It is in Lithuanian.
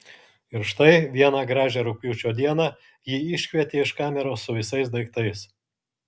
ir štai vieną gražią rugpjūčio dieną jį iškvietė iš kameros su visais daiktais